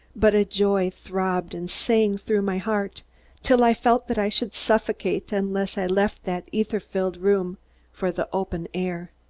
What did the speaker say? but a joy throbbed and sang through my heart till i felt that i should suffocate unless i left that ether-filled room for the open air.